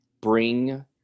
Bring